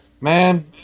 Man